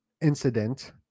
incident